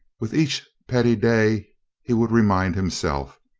with each petty day he would remind himself.